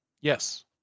Yes